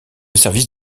service